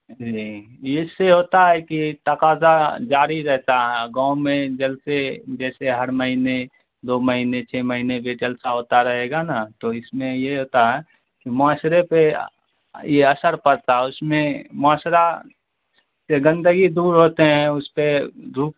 جی اس سے ہوتا ہے کہ تقاضہ جاری رہتا ہے گاؤں میں جلسے جیسے ہر مہینے دو مہینے چھ مہینے بھی جلسہ ہوتا رہے گا نا تو اس میں یہ ہوتا ہے کہ معاشرے پہ یہ اثر پڑتا ہے اس میں معاشرہ سے گندگی دور ہوتے ہیں اس پہ دھوپ